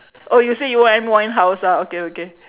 oh you say you want amy-winehouse ah okay okay